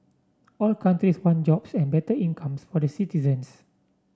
all countries want jobs and better incomes for the citizens